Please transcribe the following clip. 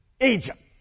Egypt